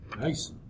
Nice